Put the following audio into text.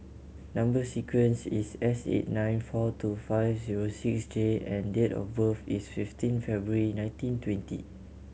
number sequence is S eight nine four two five zero six J and date of birth is fifteen February nineteen twenty